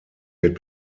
wird